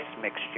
mixture